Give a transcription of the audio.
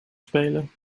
spelen